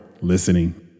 listening